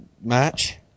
match